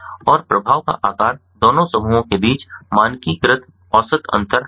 और प्रभाव का आकार दोनों समूहों के बीच मानकीकृत औसत अंतर है